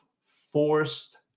forced